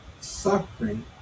Suffering